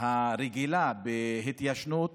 הרגילה בהתיישנות